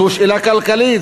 זו שאלה כלכלית,